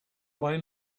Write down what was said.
buy